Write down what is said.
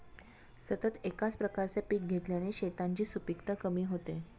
सतत एकाच प्रकारचे पीक घेतल्याने शेतांची सुपीकता कमी होते